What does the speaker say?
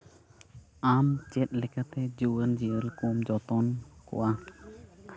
ᱟᱢ ᱪᱮᱫ ᱞᱮᱠᱟᱛᱮ ᱡᱩᱣᱟᱹᱱ ᱡᱤᱭᱟᱹᱞᱤ ᱠᱚᱢ ᱡᱚᱛᱚᱱ ᱠᱚᱣᱟ